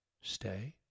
Stay